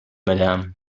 madam